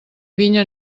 vinya